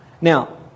Now